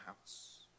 house